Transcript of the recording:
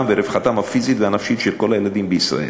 ולרווחתם הפיזית והנפשית של כל הילדים בישראל.